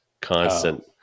constant